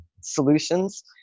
solutions